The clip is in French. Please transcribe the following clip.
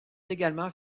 également